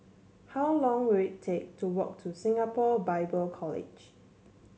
how long will it take to walk to Singapore Bible College